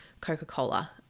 Coca-Cola